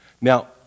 Now